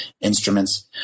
instruments